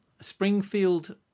Springfield